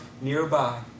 nearby